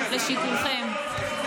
לשיקולכם.